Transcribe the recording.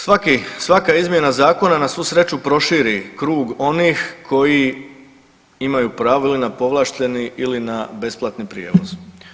Svaka izmjena zakona na svu sreću proširi krug onih koji imaju pravo ili na povlašteni ili na besplatni prijevoz.